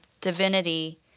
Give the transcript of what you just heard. divinity